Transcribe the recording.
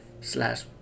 slash